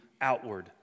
outward